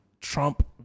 Trump